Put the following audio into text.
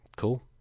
cool